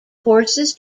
forces